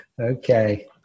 Okay